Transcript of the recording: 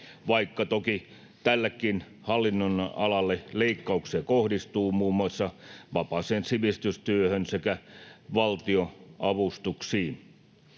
vaikka toki tällekin hallinnonalalle leikkauksia kohdistuu muun muassa vapaaseen sivistystyöhön sekä valtionavustuksiin.